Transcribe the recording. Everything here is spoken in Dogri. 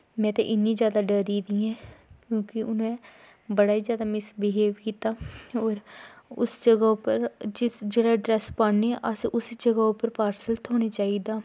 में ते इन्नी जादा डरी दी ऐं क्योंकि उ'नैं बौह्त गै जादा मिसबिहेव कीता होर उस जगह उप्पर जेह्ड़ा आड्रैस पान्ने उस्सै जगह पर पार्स्ल थ्होना चाहिदा